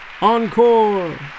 Encore